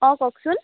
অঁ কওকচোন